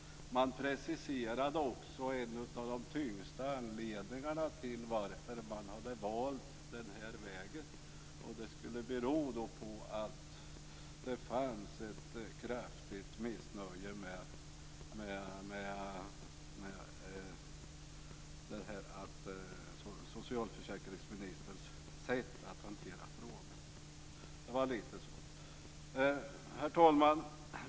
Man preciserade också en av de tyngsta anledningarna till varför man hade valt den här vägen. Det skulle bero på att det fanns ett kraftigt missnöje med socialförsäkringsministerns sätt att hantera frågan. Herr talman!